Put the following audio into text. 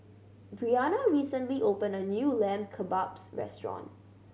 Brianna recently opened a new Lamb Kebabs Restaurant